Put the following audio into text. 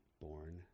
born